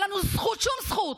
ואין לנו שום זכות,